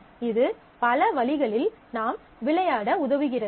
இது பல வழிகளில் நாம் விளையாட உதவுகிறது